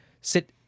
sit